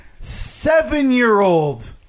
Seven-year-old